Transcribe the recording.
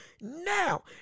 now